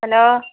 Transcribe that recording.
hello